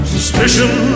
Suspicion